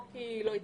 אולי לא הצליחו,